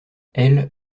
elle